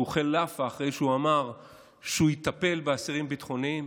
שהוא אוכל לאפה אחרי שהוא אמר שהוא יטפל באסירים הביטחוניים,